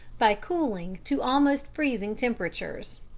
by cooling to almost freezing temperatures.